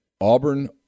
Auburn